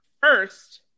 First